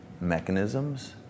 mechanisms